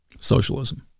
socialism